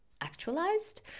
actualized